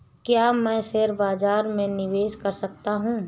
क्या मैं शेयर बाज़ार में निवेश कर सकता हूँ?